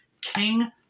King